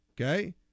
Okay